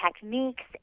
techniques